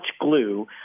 glue